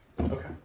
Okay